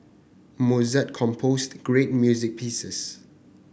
Mozart composed great music pieces